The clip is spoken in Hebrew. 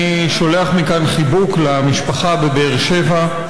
אני שולח מכאן חיבוק למשפחה בבאר שבע,